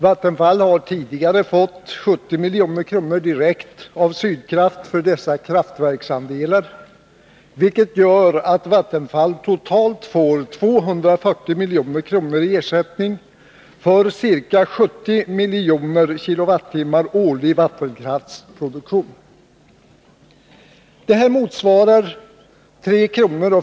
Vattenfall har tidigare fått 70 milj.kr. direkt av Sydkraft för dessa vattenkraftsandelar, vilket gör att Vattenfall totalt får 240 milj.kr. i ersättning för ca 70 miljoner kWh årlig vattenkraftsproduktion. Det motsvarar 3 kr.